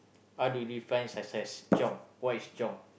how do you define success chiong what is chiong